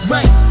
Right